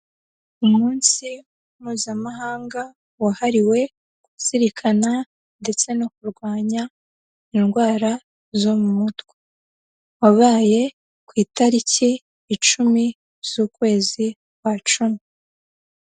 Umunsi mpuzamahanga wahariwe kuzirikana ndetse no kurwanya indwara zo mu mutwe. Wabaye ku itariki icumi z'ukwezi kwa cumi.